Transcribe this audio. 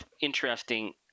interesting